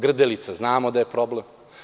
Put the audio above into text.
Grdelica, znamo da je problem.